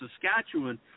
Saskatchewan